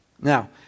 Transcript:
Now